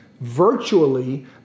virtually